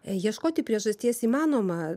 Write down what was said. ieškoti priežasties įmanoma